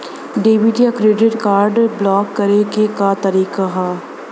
Debit या credit card block करे के का तरीका ह?